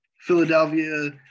Philadelphia